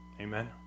Amen